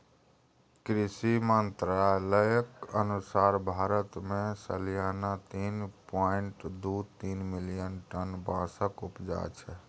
कृषि मंत्रालयक अनुसार भारत मे सलियाना तीन पाँइट दु तीन मिलियन टन बाँसक उपजा छै